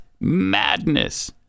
madness